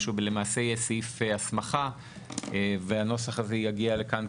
שהוא למעשה יהיה סעיף הסמכה והנוסח הזה יגיע לכאן,